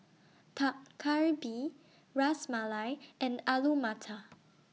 Dak Galbi Ras Malai and Alu Matar